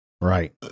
right